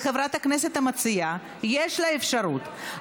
לחברת הכנסת המציעה יש אפשרות,